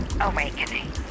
awakening